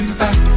back